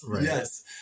yes